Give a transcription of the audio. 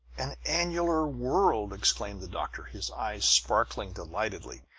an annular world! exclaimed the doctor, his eyes sparkling delightedly.